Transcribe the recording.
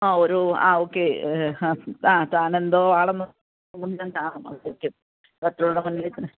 ആ ഒരൂ ആ ഓക്കേ ഹാ ആ താനെന്തോ ആണെന്ന് മറ്റുള്ള മുന്നിലിങ്ങനെ